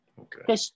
okay